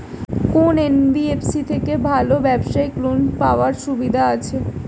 কোন এন.বি.এফ.সি থেকে ভালো ব্যবসায়িক লোন পাওয়ার সুবিধা আছে?